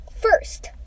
First